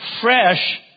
fresh